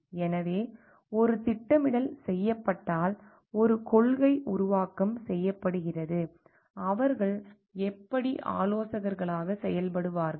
எனவே ஒரு திட்டமிடல் செய்யப்பட்டால் ஒரு கொள்கை உருவாக்கம் செய்யப்படுகிறது அவர்கள் எப்படி ஆலோசகர்களாக செயல்படுவார்கள்